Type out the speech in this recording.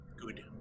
good